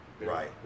Right